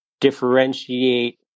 differentiate